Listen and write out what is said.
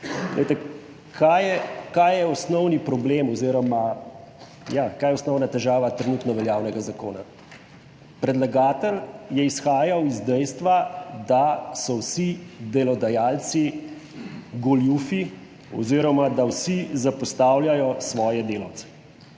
kaj je osnovna težava trenutno veljavnega zakona? Predlagatelj je izhajal iz dejstva, da so vsi delodajalci goljufi oziroma da vsi zapostavljajo svoje delavce.